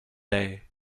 day